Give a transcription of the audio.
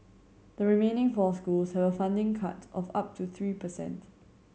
the remaining four schools have a funding cut of up to three percent